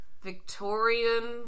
Victorian